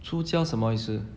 出家什么意思